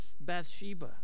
Bathsheba